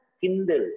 Kindle